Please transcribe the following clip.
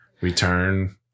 Return